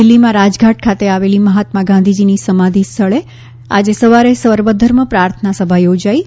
દિલ્ફીમાં રાજઘાટ ખાતે આવેલી મહાત્મા ગાંધીજીની સમાધી સ્થળે આજે સવારે સર્વધર્મ પ્રાર્થના સભા યોજાઈ ગઈ